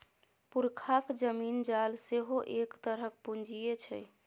पुरखाक जमीन जाल सेहो एक तरहक पूंजीये छै